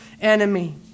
enemy